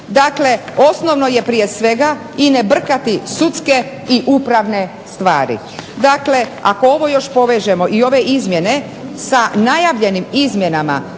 Dakle, osnovno je prije svega i ne brkati sudske i upravne stvari. Dakle, ako ovo još povežemo i ove izmjene sa najavljenim izmjenama